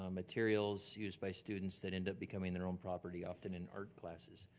um materials used by students that end up becoming their own property, often in art classes.